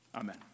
Amen